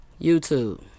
YouTube